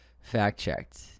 fact-checked